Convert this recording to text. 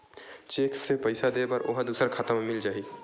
Cheque से पईसा दे बर ओहा दुसर खाता म मिल जाही?